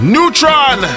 Neutron